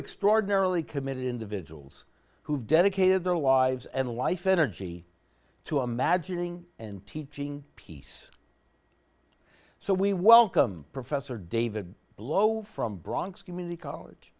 extraordinary committed individuals who have dedicated their lives and life energy to imagining and teaching peace so we welcome professor david blow from bronx community college